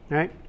Right